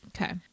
Okay